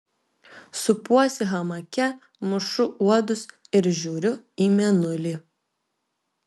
supuosi hamake mušu uodus ir žiūriu į mėnulį